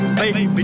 baby